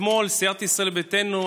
אתמול סיעת ישראל ביתנו,